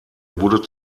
wurde